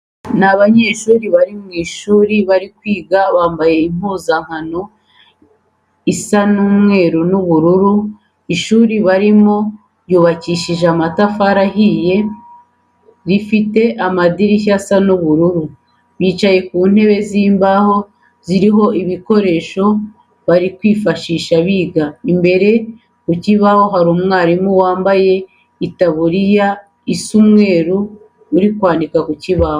Ni abanyeshuri bari mu ishuri bari kwiga, bambaye impuzankano isa umweru n'ubururu, ishuri barimo ryubakishije amatafari ahiye, rifite n'amadirishya asa ubururu. Bicaye ku ntebe z'imbaho ziriho n'ibikoresho bari kwifashisha biga. Imbere ku kibaho hari umwarimu wambaye itaburiya isa umweru uri kwandika ku kibaho.